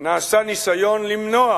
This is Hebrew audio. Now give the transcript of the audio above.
נעשה ניסיון למנוע